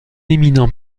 éminent